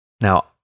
Now